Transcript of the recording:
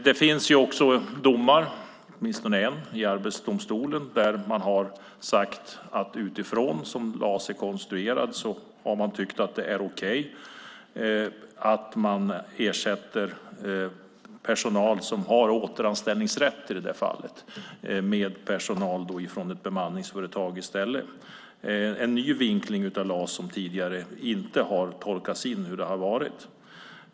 Det finns också domar, åtminstone en, i Arbetsdomstolen där man har sagt att utifrån hur LAS är konstruerad är det okej att ersätta personal som har återanställningsrätt i det fallet med personal från ett bemanningsföretag i stället - en ny tolkning av LAS som inte har gjorts tidigare.